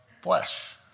flesh